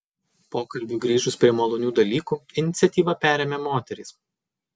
pokalbiui grįžus prie malonių dalykų iniciatyvą perėmė moterys